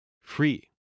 free